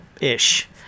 ish